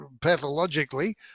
pathologically